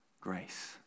grace